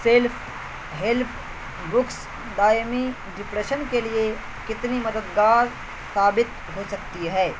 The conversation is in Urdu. سیلف ہیلپ بکس دائمی ڈپریشن کے لیے کتنی مددگار ثابت ہو سکتی ہے